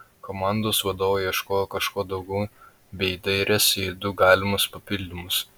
komandos vadovai ieškojo kažko daugiau bei dairėsi į du galimus papildymus